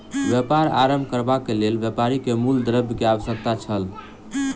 व्यापार आरम्भ करबाक लेल व्यापारी के मूल द्रव्य के आवश्यकता छल